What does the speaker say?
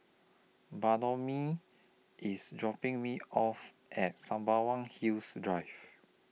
Bartholomew IS dropping Me off At Sembawang Hills Drive